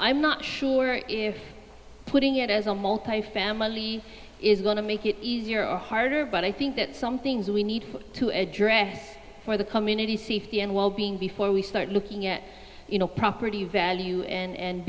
i'm not sure if putting it as a family is going to make it easier or harder but i think that some things we need to address for the community safety and wellbeing before we start looking at you know property value and